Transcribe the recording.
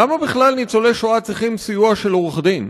למה בכלל ניצולי השואה צריכים סיוע של עורך דין?